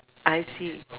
I see